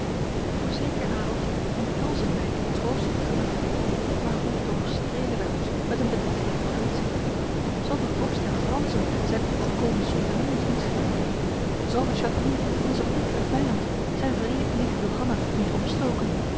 voorzeker adolf omhelzen wij die troostende gedachte maar hoe toch strelen wij ons met een bedrieglijk vooruitzicht zal de vorst der fransen zijn omgekomen soldeniers niet wreken zal de chatillon onze bittere vijand zijn wrede nicht johanna niet opstoken